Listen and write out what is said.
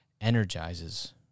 energizes